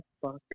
fuck